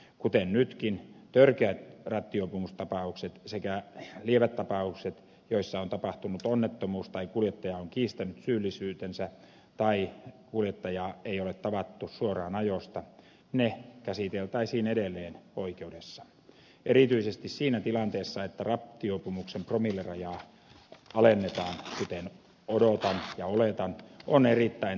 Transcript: kuten nytkin törkeät rattijuopumustapaukset sekä lievät tapaukset joissa on tapahtunut onnettomuus tai kuljettaja on kiistänyt syyllisyytensä tai kuljettajaa ei ole tavattu suoraan ajosta käsiteltäisiin edelleen oikeudessa erityisesti siinä tilanteessa että rattijuopumuksen promillerajaa alennetaan kuten odotan ja oletan